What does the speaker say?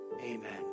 Amen